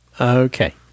Okay